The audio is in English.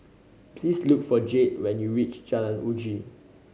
please look for Jayde when you reach Jalan Uji